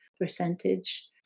percentage